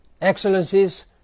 Excellencies